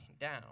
down